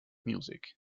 music